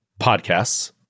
podcasts